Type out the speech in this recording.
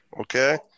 Okay